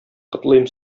котлыйм